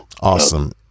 Awesome